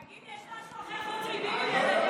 תגיד, יש לך משהו אחר חוץ מביבי נתניהו?